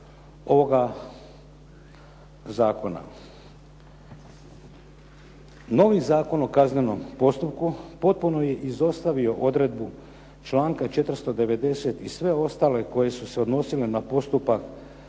Novi Zakon o kaznenom postupku potpuno je izostavio odredbu članka 490. i sve ostale koje su se odnosile na postupak